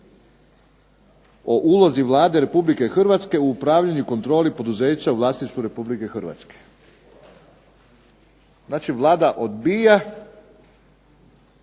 o ulozi Vlade Republike Hrvatske u upravljanju i kontroli poduzeća u vlasništvu Republike Hrvatske. A vidjeli